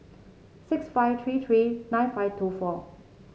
six five three three nine five two four